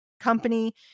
company